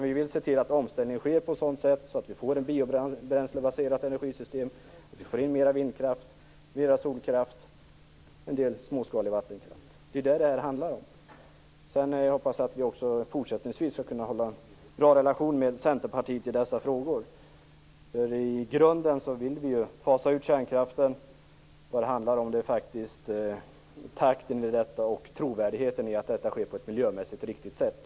Vi vill se till att omställningen sker på ett sådant sätt att vi får ett biobränslebaserat energisystem, mer vindkraft, mer solkraft och en del småskalig vattenkraft. Det är vad det handlar om. Jag hoppas att vi också fortsättningsvis skall kunna ha en bra relation med Centerpartiet i dessa frågor. I grunden vill vi fasa ut kärnkraften. Vad det handlar om är takten och trovärdigheten i att det sker på ett miljömässigt riktigt sätt.